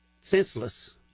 senseless